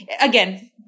Again